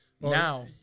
now